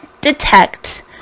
detect